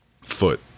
Foot